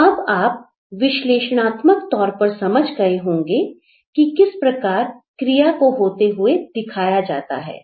तो अब आप विश्लेषणात्मक तौर पर समझ गए होंगे कि किस प्रकार क्रिया को होते हुए दिखाया जाता है